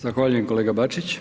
Zahvaljujem kolega Bačić.